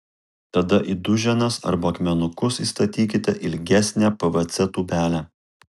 tada į duženas arba akmenukus įstatykite ilgesnę pvc tūbelę